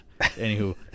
anywho